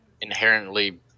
inherently